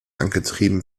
angetrieben